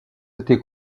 été